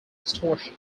distortion